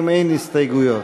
אין הסתייגויות.